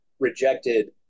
rejected